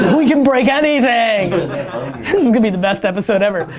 we can break anything. this is gonna be the best episode ever.